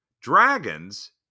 Dragons